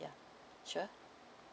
ya sure